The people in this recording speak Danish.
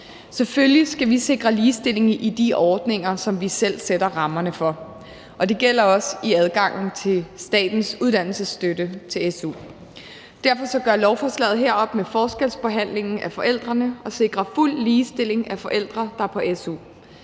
Selvfølgelig skal vi sikre ligestilling i de ordninger, som vi selv sætter rammerne for, og det gælder også i adgangen til su, og derfor gør lovforslaget her op med forskelsbehandlingen af forældrene og sikrer fuld ligestilling af forældre, der er på su.